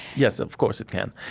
yes. of course, it can.